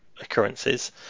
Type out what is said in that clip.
occurrences